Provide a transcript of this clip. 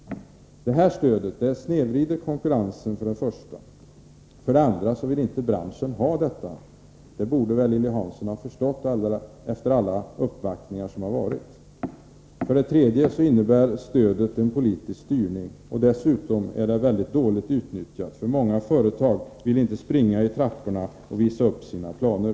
För det första snedvrider det selektiva stödet konkurrensen. För det andra vill inte branschen ha det — det borde väl Lilly Hansson ha förstått efter alla uppvaktningar som gjorts. För det tredje innebär stödet en politisk styrning. Dessutom är det mycket dåligt utnyttjat. Många företag vill inte springa i trapporna och visa upp sina planer.